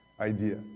idea